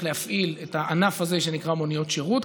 להפעיל את הענף הזה שנקרא מוניות שירות,